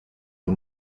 nie